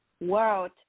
world